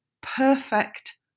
perfect